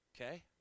Okay